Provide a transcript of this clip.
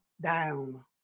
down